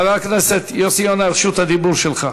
חבר הכנסת יוסי יונה, רשות הדיבור שלך.